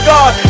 God